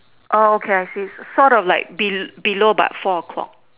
okay I see sort of like below but four o-clock